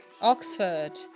Oxford